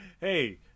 hey